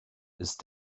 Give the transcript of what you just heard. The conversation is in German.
ist